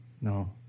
No